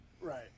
Right